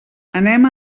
anem